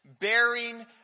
bearing